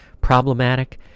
problematic